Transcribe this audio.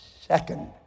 second